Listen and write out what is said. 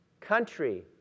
country